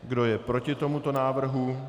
Kdo je proti tomuto návrhu?